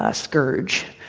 ah scourge.